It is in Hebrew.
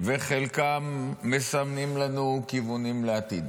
וחלקם מסמנים לנו כיוונים לעתיד.